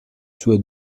suoi